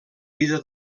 vida